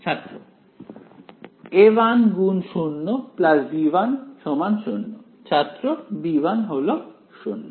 ছাত্র A1 × 0 B1 0 ছাত্র B1 হল 0